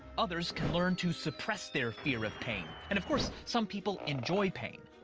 others can learn to suppress their fear of pain. and, of course, some people enjoy pain.